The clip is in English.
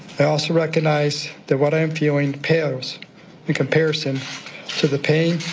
i also recognize that what i am feeling pales in comparison to the pain,